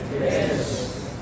Yes